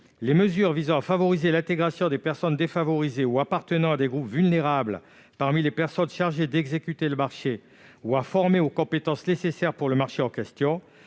les mesures visant à [...] favoriser l'intégration des personnes défavorisées ou appartenant à des groupes vulnérables parmi les personnes chargées d'exécuter le marché, ou à former aux compétences nécessaires pour le marché en question,